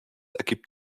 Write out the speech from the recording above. ergibt